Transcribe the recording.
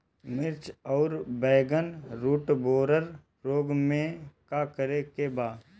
मिर्च आउर बैगन रुटबोरर रोग में का करे के बा?